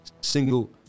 single